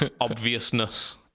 obviousness